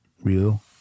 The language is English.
Real